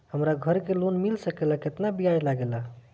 हमरा घर के लोन मिल सकेला केतना ब्याज लागेला?